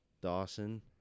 Dawson